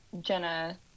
Jenna